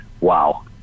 Wow